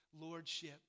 lordship